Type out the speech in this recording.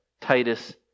Titus